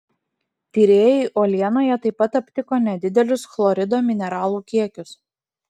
tyrėjai uolienoje taip pat aptiko nedidelius chlorido mineralų kiekius